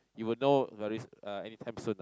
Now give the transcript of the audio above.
you will know very uh anytime soon lah